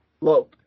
Low